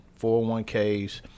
401Ks